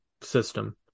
system